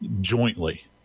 jointly